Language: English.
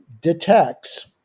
detects